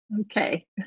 Okay